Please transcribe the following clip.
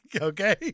Okay